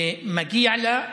מגיע לה,